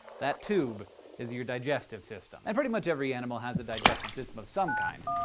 that tube is your digestive system. and pretty much every animal has a digestive system of some kind,